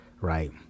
Right